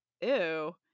ew